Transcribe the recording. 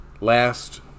Last